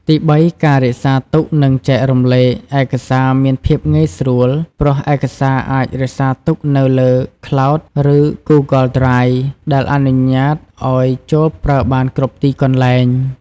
ទីបី ការរក្សាទុក និងចែករំលែក ឯកសារមានភាពងាយស្រួល ព្រោះឯកសារអាចរក្សាទុកនៅលើ ក្លោដ ឬ ហ្គូហ្គលដ្រាយ ដែលអនុញ្ញាតឱ្យចូលប្រើបានគ្រប់ទីកន្លែង។